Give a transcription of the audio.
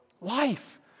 life